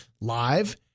live